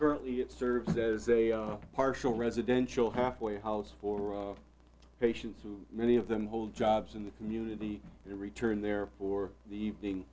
currently serves as a partial residential halfway house for patients who many of them hold jobs in the community to return there for the evening